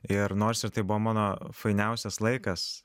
ir nors ir tai buvo mano fainiausias laikas